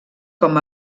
com